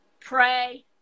Pray